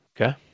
Okay